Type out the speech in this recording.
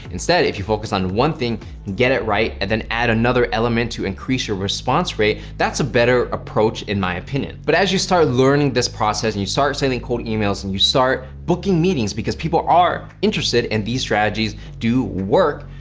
instead, if you focus on one thing and get it right, and then add another element to increase your response rate, that's a better approach in my opinion. but as you start learning this process and you start sending cold emails and you start booking meetings, because people are interested in these strategies do work.